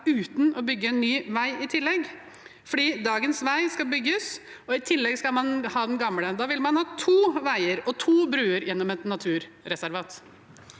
uten å bygge en ny vei i tillegg? Dagens vei skal bygges, og i tillegg skal man ha den gamle. Da vil man ha to veier og to bruer gjennom et naturreservat.